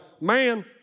man